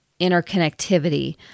interconnectivity